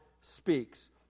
speaks